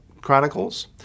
Chronicles